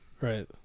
Right